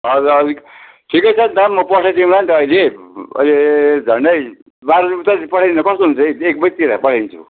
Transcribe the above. हजुर ठिकै छ नि त म पठाइदिउँला नि त अहिले अहिले झन्डै बाह्र बजी उतै पठाइदिँदा कस्तो हुन्छ एक एक बजेतिर पठाइदिन्छु